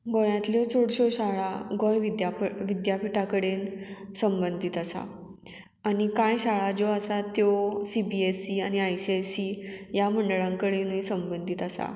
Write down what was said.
गोंयांतल्यो चडश्यो शाळा गोंय विद्याप विद्यापिठा कडेन संबंदीत आसा आनी कांय शाळा ज्यो आसा त्यो सी बी एस इ आनी आय सी एस इ ह्या मंडळां कडेनूय संबंदीत आसा